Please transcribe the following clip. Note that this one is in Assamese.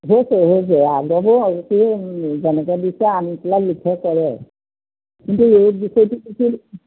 সেইটোৱে সেইটোৱে যেনেকৈ দিছে আনি পেলাই লিখে কৰে কিন্তু এই বিষয়টো